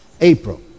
April